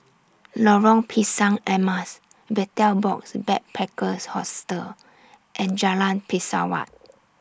Lorong Pisang Emas Betel Box Backpackers Hostel and Jalan Pesawat